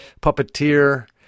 puppeteer